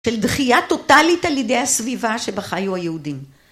של דחייה טוטאלית על ידי הסביבה שבה חיו היהודים.